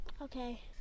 Okay